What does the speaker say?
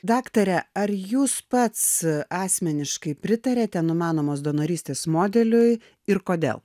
daktare ar jūs pats asmeniškai pritariate numanomos donorystės modeliui ir kodėl